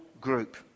group